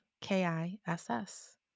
K-I-S-S